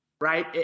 right